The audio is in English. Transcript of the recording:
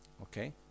Okay